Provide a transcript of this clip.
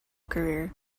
career